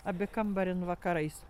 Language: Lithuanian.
abi kambarin vakarais